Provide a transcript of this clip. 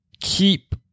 keep